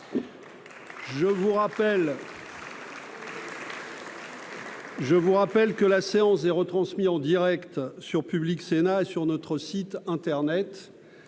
Je vous rappelle que la séance est retransmis en Direct sur Public Sénat et sur notre site Internet,